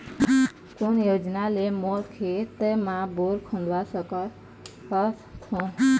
कोन योजना ले मोर खेत मा बोर खुदवा सकथों?